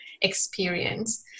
experience